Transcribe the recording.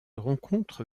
rencontre